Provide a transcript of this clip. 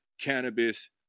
Cannabis